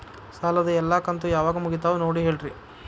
ಸಾಲದ ಎಲ್ಲಾ ಕಂತು ಯಾವಾಗ ಮುಗಿತಾವ ನೋಡಿ ಹೇಳ್ರಿ